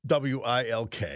WILK